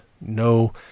no